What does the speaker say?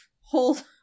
hold